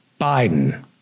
Biden